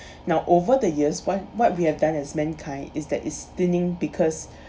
now over the years what what we have done as mankind is that is thinning because